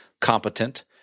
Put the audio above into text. competent